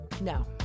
No